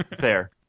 fair